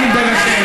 היית רק בהצבעות.